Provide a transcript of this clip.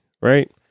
right